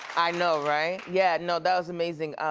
i know, right? yeah, no, that was amazing.